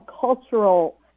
cultural